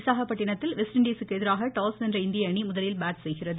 விசாகப்பட்டினத்தில் வெஸ்ட் இண்டீஸுக்கு எதிராக டாஸ் வென்ற இந்திய அணி முதலில் பேட் செய்கிறது